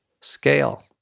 scale